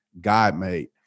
God-made